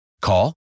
Call